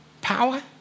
power